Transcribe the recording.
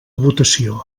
votació